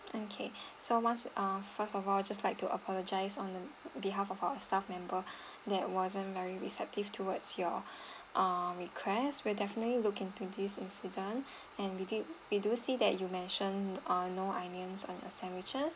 okay so once uh first of all just like to apologise on the behalf of our staff member that wasn't very receptive towards your ah requests we'll definitely look into this incident and we did we do see that you mentioned ah no onions on your sandwiches